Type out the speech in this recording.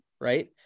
Right